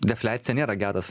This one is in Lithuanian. defliacija nėra geras